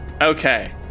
Okay